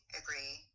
agree